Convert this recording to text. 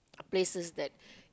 places that